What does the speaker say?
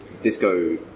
Disco